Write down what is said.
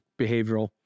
behavioral